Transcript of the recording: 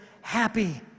happy